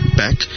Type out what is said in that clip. back